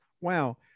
wow